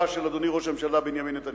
של אדוני ראש הממשלה בנימין נתניהו.